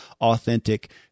authentic